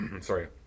sorry